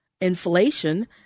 Inflation